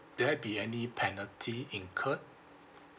there be any penalty incurred